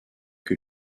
que